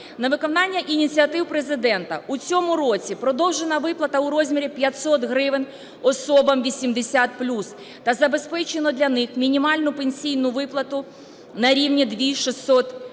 На виконання ініціатив Президента у цьому році продовжена виплата у розмірі 500 гривень особам "80 плюс" та забезпечено для них мінімальну пенсійну виплату на рівні 2